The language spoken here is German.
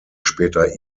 später